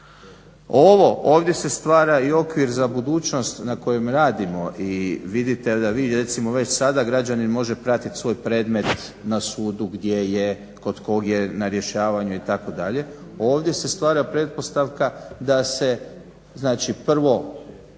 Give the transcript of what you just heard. ovdje se stvara i okvir za budućnost na kojem radimo i vidite da vi recimo već sada građanin može pratiti svoj predmet na sudu gdje je, kod koga je na rješavanju itd., ovdje se stvara pretpostavka da se prvo